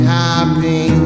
happy